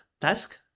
task